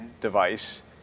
device